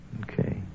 Okay